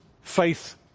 faith